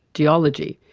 geology,